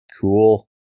cool